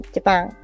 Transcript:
Japan